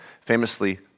famously